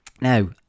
Now